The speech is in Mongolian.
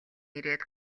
ирээд